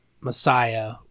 Messiah